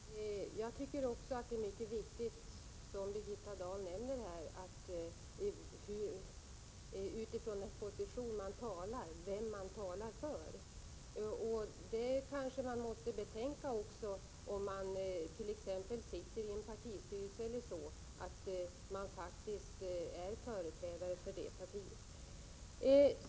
Herr talman! Jag tycker också att det är mycket viktigt — Birgitta Dahl nämnde det här nyss — att ha klart för sig vilken position talaren har och vem det är man talar för. Det kanske man också måste betänka, om man t.ex. sitter i en partistyrelse. Man är ju då faktiskt företrädare för sitt parti.